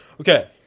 Okay